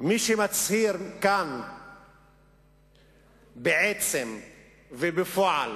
מי שמצהיר כאן בעצם ובפועל